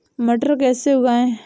मटर कैसे उगाएं?